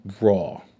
Raw